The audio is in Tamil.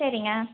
சரிங்க